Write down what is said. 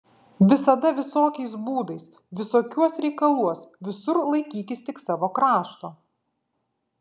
visada visokiais būdais visokiuos reikaluos visur laikykis tik savo krašto